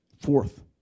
Fourth